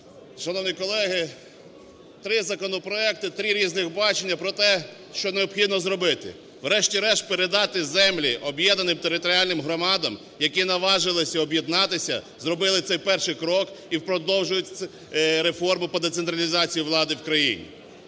Шановні колеги, три законопроекти – три різних бачення про те, що необхідно зробити. Врешті-решт, передати землі об'єднаним територіальним громадам, які наважилися об'єднатися, робили цей перший крок і продовжують реформу по децентралізації влади в країні.